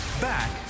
Back